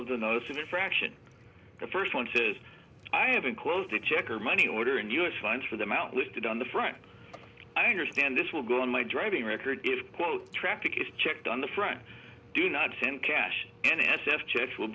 of the notice an infraction the first one says i have enclosed a check or money order and us funds for the amount listed on the front i understand this will go on my driving record if quote traffic is checked on the front do not send cash n s f checks will